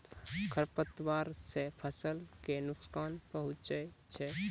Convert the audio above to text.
खरपतवार से फसल क नुकसान पहुँचै छै